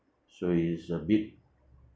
so it's a bit